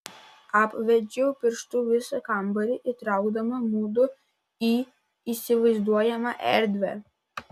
apvedžiau pirštu visą kambarį įtraukdama mudu į įsivaizduojamą erdvę